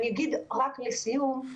אגיד לסיום,